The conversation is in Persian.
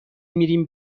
میریم